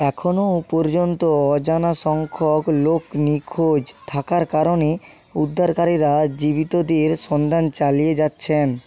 এখনও পর্যন্ত অজানা সংখ্যক লোক নিখোঁজ থাকার কারণে উদ্ধারকারীরা জীবিতদের সন্ধান চালিয়ে যাচ্ছেন